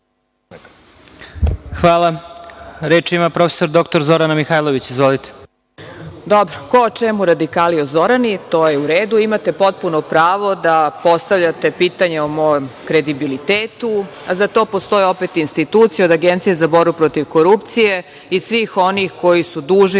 Reč ima prof. dr Zorana Mihajlović. **Zorana Mihajlović** Dobro, ko o čemu, radikali o Zorani. To je u redu. imate potpuno pravo da postavljate pitanja o mom kredibilitetu, a za to postoje opet institucije od Agencije za borbu protiv korupcije i svih onih koji su dužni